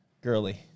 Girly